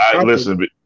Listen